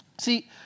See